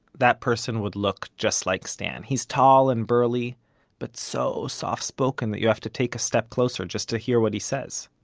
that person would look just like stan. he's tall and burly but so soft spoken that you have a take a step closer just to hear what he says.